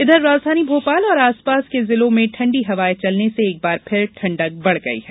इधर राजधानी भोपाल और आसपास के जिलों में ठंडी हवाये चलने से एक बार फिर ठंडक बढ़ गई है